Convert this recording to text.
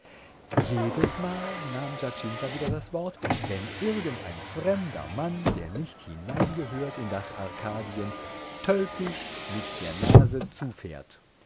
jedesmal nahm giacinta wieder das wort wenn irgendein fremder mann der nicht hineingehört in das arkadien tölpisch mit der nase zufährt